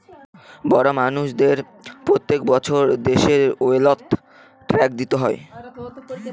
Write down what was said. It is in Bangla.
বড় মানষদের প্রত্যেক বছর দেশের ওয়েলথ ট্যাক্স দিতে হয়